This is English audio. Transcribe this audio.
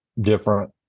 different